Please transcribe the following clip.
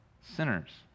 sinners